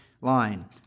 line